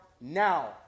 now